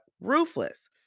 ruthless